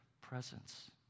presence